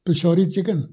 ਪਿਛੋਰੀ chicken